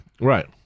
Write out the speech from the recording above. Right